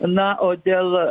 na o dėl